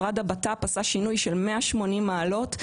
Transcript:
משרד הבט"פ עשה שינוי של 180 מעלות,